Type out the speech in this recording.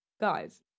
Guys